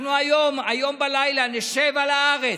היום בלילה נשב על הארץ,